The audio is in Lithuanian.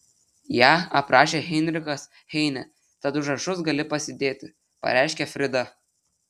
ją aprašė heinrichas heinė tad užrašus gali pasidėti pareiškė frida